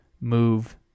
move